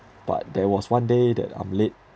but there was one day that I'm late